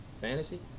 Fantasy